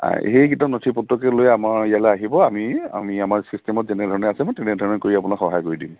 অঁ সেইকেইটা নথিপত্ৰকে লৈ আমাৰ ইয়ালৈ আহিব আমি আমি আমাৰ চিষ্টেমত যেনেধৰণে আছে মই তেনেধৰণে কৰি আপোনাক সহায় কৰি দিম